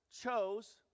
chose